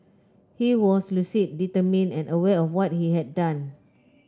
he was lucid determined and aware of what he had done